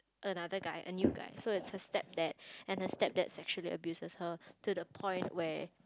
another guy a new guy so it's her stepdad and her stepdad actually abuses her to the point where